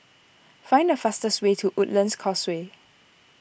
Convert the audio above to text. find the fastest way to Woodlands Causeway